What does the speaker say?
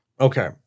Okay